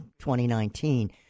2019